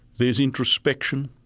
there's introspection.